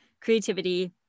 creativity